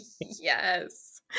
Yes